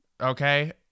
Okay